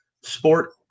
sport